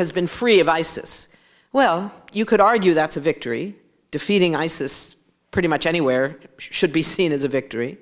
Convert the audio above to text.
has been free of isis well you could argue that's a victory defeating isis pretty much anywhere should be seen as a victory